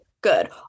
good